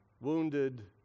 wounded